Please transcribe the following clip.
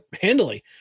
handily